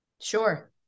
Sure